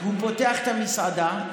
הוא פותח את המסעדה.